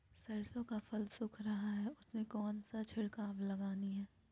सरसो का फल सुख रहा है उसमें कौन सा छिड़काव लगानी है?